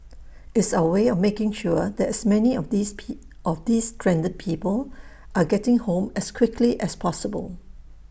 it's our way of making sure that as many of these P of these stranded people are getting home as quickly as possible